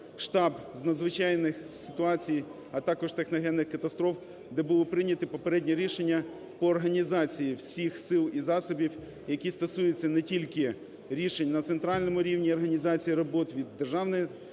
Штаб з надзвичайних ситуацій, а також техногенних катастроф, де були прийняті попередні рішення по організації всіх сил і засобів, які стосуються не тільки рішень на центральному рівні і організації робот, від Державної служби